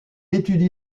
étudie